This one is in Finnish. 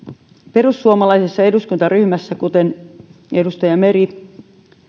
perussuomalaisessa eduskuntaryhmässä kuten edustaja meri